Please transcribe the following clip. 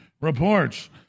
reports